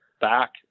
back